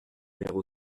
numéro